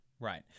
Right